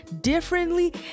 Differently